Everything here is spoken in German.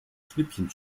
schnippchen